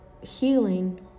healing